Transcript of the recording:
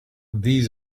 these